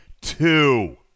two